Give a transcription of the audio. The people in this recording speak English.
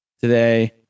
today